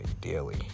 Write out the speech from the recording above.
daily